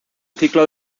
ciclo